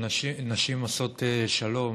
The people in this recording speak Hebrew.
נשים עושות שלום,